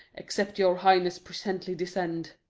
except your highness presently descend.